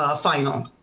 ah final.